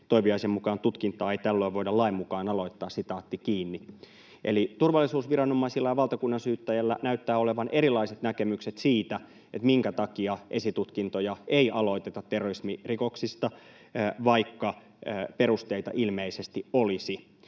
Toiviaisen mukaan tutkintaa ei tällöin voida lain mukaan aloittaa.” Eli turvallisuusviranomaisilla ja valtakunnansyyttäjällä näyttää olevan erilaiset näkemykset siitä, minkä takia esitutkintoja ei aloiteta terrorismirikoksista, vaikka perusteita ilmeisesti olisi.